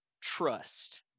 trust